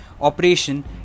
Operation